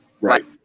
right